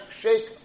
shake